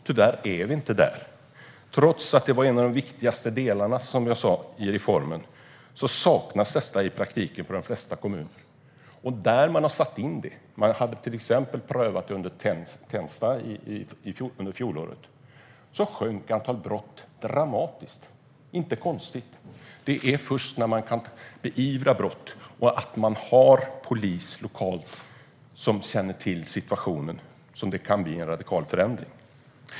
Tyvärr är vi inte där. Trots att det som sagt var en av de viktigaste delarna i reformen saknas detta i praktiken i de flesta kommuner. Där man har satt in detta - man har till exempel prövat det i Tensta under fjolåret - har antalet brott sjunkit dramatiskt. Det är inte konstigt; det är först när man kan beivra brott och när man har lokal polis som känner till situationen som det kan bli en radikal förändring.